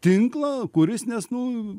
tinklą kuris nes nu